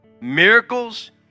miracles